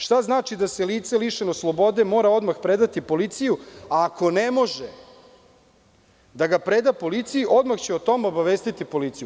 Šta znači da se lice lišeno slobode mora odmah predati policiji, a ako ne može da ga preda policiji, odmah će o tome obavestiti policiju?